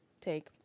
take